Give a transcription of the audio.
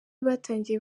batangiye